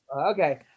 Okay